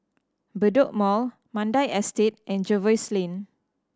Bedok Mall Mandai Estate and Jervois Lane